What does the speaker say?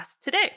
today